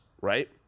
right